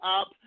up